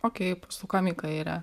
okei sukam į kairę